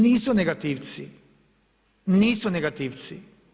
Nisu negativci, nisu negativci.